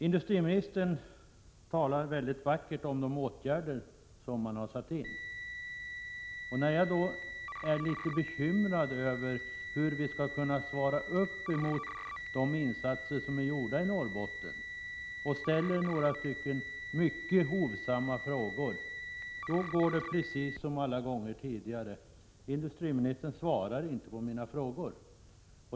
Industriministern talar vackert om de åtgärder som har satts in. När jag sedan är bekymrad över hur vi skall leva upp till de insatser som gjorts i Norrbotten och ställer några mycket hovsamma frågor går det precis som alla gånger tidigare — industriministern svarar inte på mina frågor.